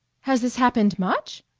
has this happened much?